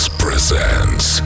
presents